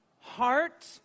heart